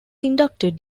inducted